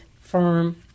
firm